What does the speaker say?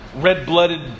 red-blooded